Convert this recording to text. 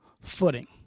footing